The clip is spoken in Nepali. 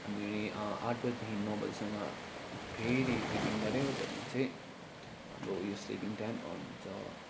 हामी आठ बजीदेखि नौ बजीसम्म फेरि रिडिङ गर्यो त्यहाँदेखि चाहिँ हाम्रो उयो स्लिपिङ टाइम अन हुन्छ